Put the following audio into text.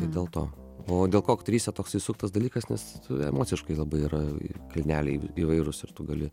tai dėl to o dėl ko aktorystė toksai suktas dalykas nes emociškai labai yra kalneliai įvairūs ir tu gali